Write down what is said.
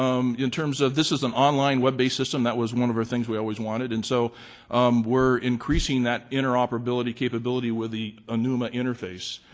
um in terms of this is an online web-based system, that was one of our things we always wanted. and to so um we're increasing that interoperability capability with the onuma interface.